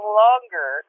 longer